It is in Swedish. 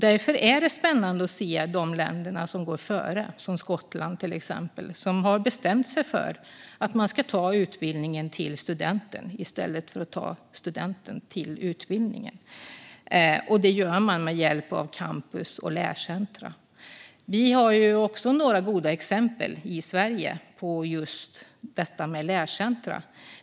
Därför är det spännande att se de länder som går före, som Skottland, som har bestämt sig för att man ska ta utbildningen till studenten i stället för att ta studenten till utbildningen. Detta gör man med hjälp av campus och lärcentrum. Vi har några goda exempel i Sverige på just detta med lärcentrum.